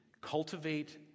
cultivate